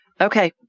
Okay